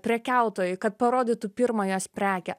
prekiautojui kad parodytų pirmą jos prekę